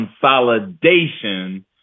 consolidation